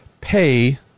pay